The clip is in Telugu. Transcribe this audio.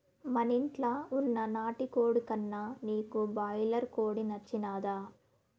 మనింట్ల వున్న నాటుకోడి కన్నా నీకు బాయిలర్ కోడి నచ్చినాదా